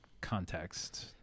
context